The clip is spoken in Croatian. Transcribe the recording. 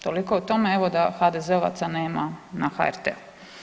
Toliko o tome evo da HDZ-ovaca nema na HRT-u.